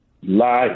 lie